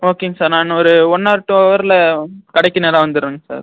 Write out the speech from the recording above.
ஓகேங்க சார் நான் இன்னும் ஒரு ஒன் ஆர் டூ அவரில் கடைக்கு நேராக வந்துடுறேங்க சார்